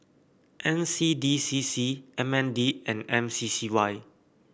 N C D C C M N D and M C C Y